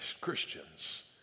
Christians